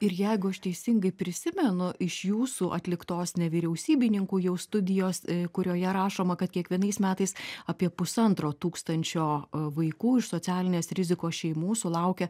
ir jeigu aš teisingai prisimenu iš jūsų atliktos nevyriausybininkų jau studijos kurioje rašoma kad kiekvienais metais apie pusantro tūkstančio vaikų iš socialinės rizikos šeimų sulaukę